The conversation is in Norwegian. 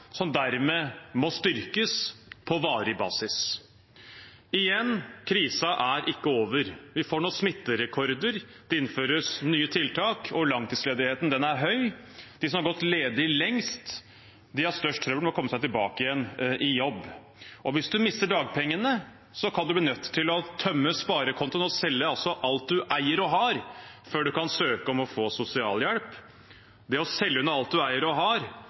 som dermed må styrkes på varig basis? Igjen: Krisen er ikke over. Vi får nå smitterekorder, det innføres nye tiltak og langtidsledigheten er høy. De som har gått ledig lengst, har størst trøbbel med å komme seg tilbake i jobb. Og hvis man mister dagpengene, kan man bli nødt til å tømme sparekontoen og selge alt man eier og har før man kan søke om å få sosialhjelp. Det å selge unna alt man eier og har,